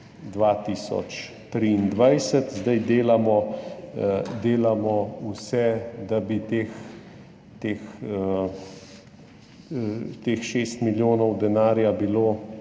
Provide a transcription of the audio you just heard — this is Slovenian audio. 2023. Zdaj delamo vse, da bi teh 6 milijonov denarja bilo